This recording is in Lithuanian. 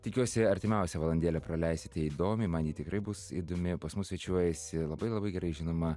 tikiuosi artimiausią valandėlę praleisite įdomiai man ji tikrai bus įdomi pas mus svečiuojasi labai labai gerai žinoma